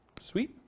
Sweet